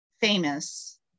Famous